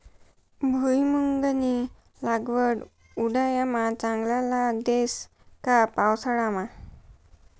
भुईमुंगनी लागवड उंडायामा चांगला लाग देस का पावसाळामा